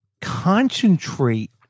concentrate